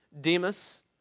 Demas